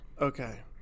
Okay